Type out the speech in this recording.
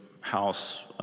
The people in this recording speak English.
house